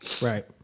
Right